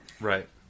Right